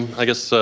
i guess, so